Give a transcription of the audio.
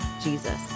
Jesus